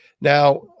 Now